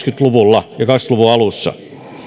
luvulla kaksikymmentä luvun alussa